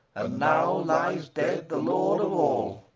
and now lies dead the lord of all.